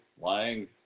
lying